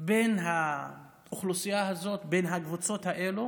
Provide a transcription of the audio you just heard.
בין האוכלוסייה הזאת ובין הקבוצות האלה